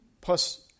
Plus